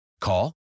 Call